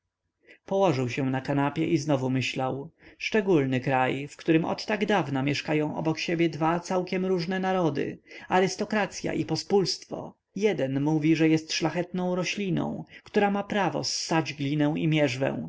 położył się na kanapie i znowu myślał szczególny kraj w którym od tak dawna mieszkają obok siebie dwa całkiem różne narody arystokracya i pospólstwo jeden mówi że jest szlachetną rośliną która ma prawo ssać glinę i mierzwę